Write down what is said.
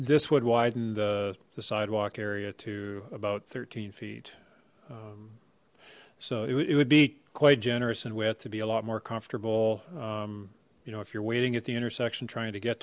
this would widen the sidewalk area to about thirteen feet so it would be quite generous in width to be a lot more comfortable you know if you're waiting at the intersection trying to get